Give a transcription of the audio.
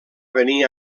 venir